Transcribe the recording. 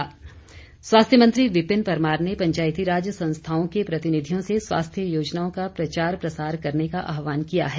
विपिन परमार स्वास्थ्य मंत्री विपिन परमार ने पंचायतीराज संस्थाओं के प्रतिनिधियों से स्वास्थ्य योजनाओं का प्रचार प्रसार करने का आहवान किया है